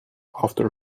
after